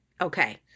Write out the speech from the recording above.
Okay